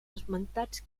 esmentats